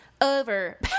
over